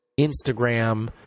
Instagram